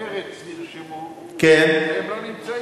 מרצ נרשמו אבל הם לא נמצאים.